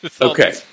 Okay